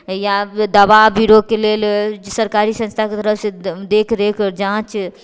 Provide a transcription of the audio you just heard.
या दवा भी रोगके लेल सरकारी संस्थाके तरफसँ देखरेख जाँच